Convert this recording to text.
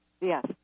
Yes